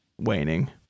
waning